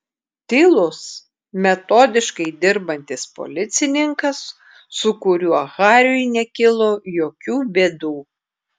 tylus metodiškai dirbantis policininkas su kuriuo hariui nekilo jokių bėdų